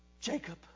Jacob